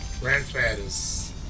grandfathers